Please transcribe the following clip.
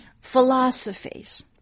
philosophies